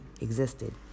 existed